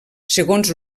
segons